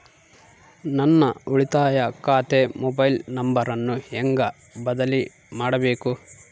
ನನ್ನ ಉಳಿತಾಯ ಖಾತೆ ಮೊಬೈಲ್ ನಂಬರನ್ನು ಹೆಂಗ ಬದಲಿ ಮಾಡಬೇಕು?